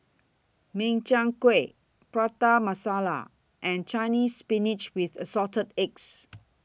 Min Chiang Kueh Prata Masala and Chinese Spinach with Assorted Eggs